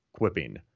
quipping